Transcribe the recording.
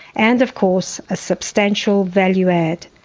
and of course a substantial value add.